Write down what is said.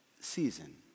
season